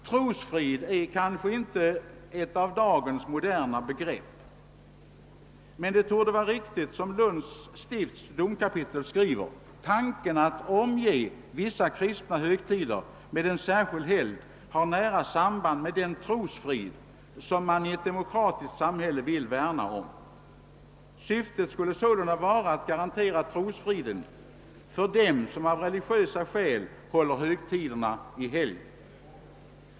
Trosfrihet är väl inte ett av dagens moderna begrepp, men det torde vara riktigt som Lunds stifts domkapitel skriver: »Tanken att omge vissa kristna högtider med en särskild helgd har nära samband med den trosfrid som man i ett demokratiskt samhälle vill värna om.» Syftet skulle sålunda vara att garantera trosfriden för dem som av religiösa skäl håller högtiderna i helgd.